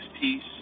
peace